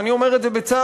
ואני אומר את זה בצער,